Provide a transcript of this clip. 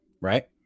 Right